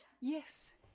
yes